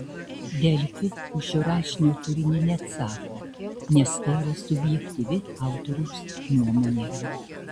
delfi už šio rašinio turinį neatsako nes tai yra subjektyvi autoriaus nuomonė